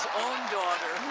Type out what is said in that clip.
daughter